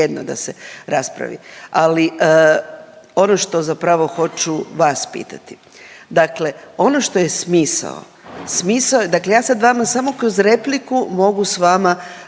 vrijedno da se raspravi, ali ono što zapravo hoću vas pitati. Dakle, ono što je smisao, smisao je, dakle ja sad vama samo kroz repliku mogu s vama